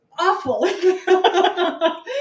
awful